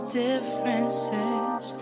differences